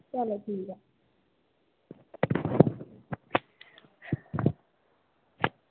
चलो ठीक ऐ